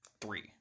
Three